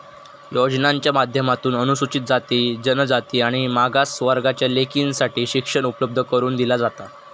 योजनांच्या माध्यमातून अनुसूचित जाती, जनजाति आणि मागास वर्गाच्या लेकींसाठी शिक्षण उपलब्ध करून दिला जाता